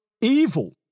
evil